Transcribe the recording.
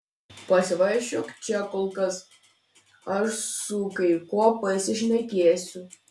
pasivaikščiok čia kol kas aš su kai kuo pasišnekėsiu